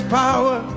power